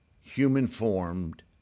human-formed